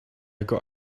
got